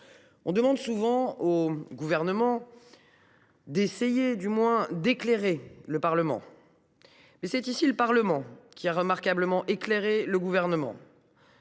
On demande souvent au Gouvernement d’éclairer le Parlement. C’est ici le Parlement qui a remarquablement éclairé le Gouvernement.